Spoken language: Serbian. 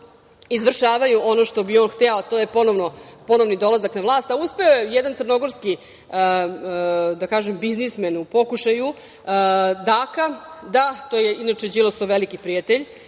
izvršavaju ono što bi on hteo, a to je ponovni dolazak na vlast. Uspeo je jedan crnogorski, da kažem, biznismen u pokušaju Daka… da, to je inače Đilasov veliki prijatelj,